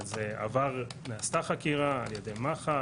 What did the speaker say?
אבל נעשתה חקירה על-ידי מח"ש,